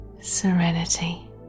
serenity